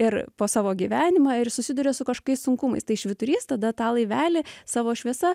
ir po savo gyvenimą ir susiduria su kažkokiais sunkumais tai švyturys tada tą laivelį savo šviesa